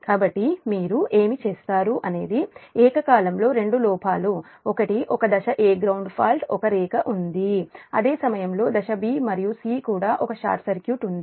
కాబట్టి మీరు ఏమి చేస్తారు అనేది ఏకకాలంలో రెండు లోపాలు ఒకటి ఒక దశ 'a' గ్రౌండ్ ఫాల్ట్ ఒక రేఖ ఉంది అదే సమయంలో దశ 'b' మరియు 'c' కూడా ఒక షార్ట్ సర్క్యూట్ ఉంది